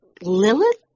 Lilith